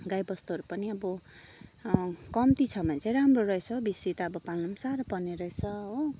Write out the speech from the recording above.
गाईबस्तुहरू पनि अब कम्ति छ भने चाहिँ राम्रो रहेछ हौ बेसी त अब पाल्नु पनि साह्रो पर्ने रहेछ हो